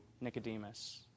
Nicodemus